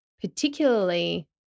particularly